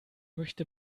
möchte